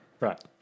Right